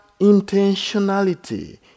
intentionality